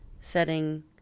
setting